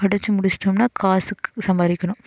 படிச்சுட்டு முடிச்சிட்டோம்னால் காசுக்கு சம்பாதிக்கணும்